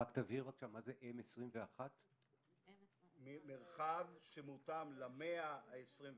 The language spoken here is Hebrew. תגדיר, מה זה M21. ממרחב שמותאם למאה ה-21,